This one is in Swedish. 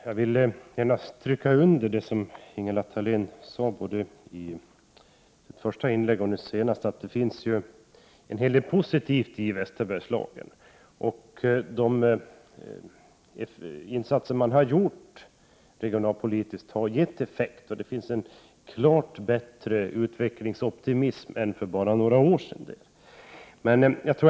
Herr talman! Jag vill stryka under det som Ingela Thalén sade både i sitt första inlägg och nu senast — att det finns en hel del positivt i Västerbergslagen. De insatser man har gjort på det regionalpolitiska området har gett effekt och det finns där en klart bättre utvecklingsoptimism än för bara några år sedan.